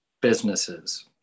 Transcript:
businesses